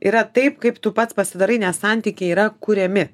yra taip kaip tu pats pasidarai nes santykiai yra kuriami